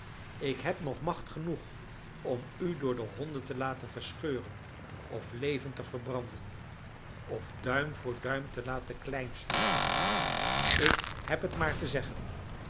ik heb nog macht genoeg om u door de honden te laten verscheuren of levend te verbranden of duim voor duim te laten klein snijden ik heb het maar te zeggen